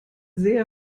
sehr